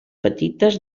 petites